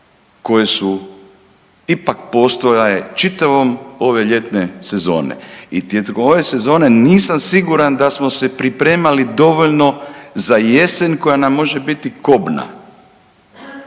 koje su ipak postojale čitave ove ljetne sezone i tijekom ove sezone nisam siguran da smo se pripremali dovoljno za jesen koja nam može biti kobna.